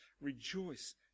rejoice